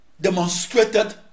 demonstrated